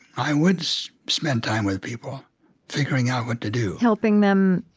i would spend time with people figuring out what to do helping them,